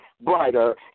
brighter